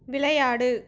விளையாடு